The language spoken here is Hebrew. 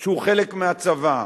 שהוא חלק מהצבא,